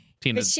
Tina